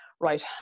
right